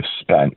spent